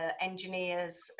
engineers